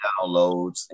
downloads